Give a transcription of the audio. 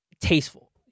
tasteful